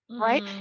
Right